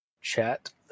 chat